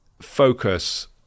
focus